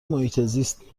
محیطزیست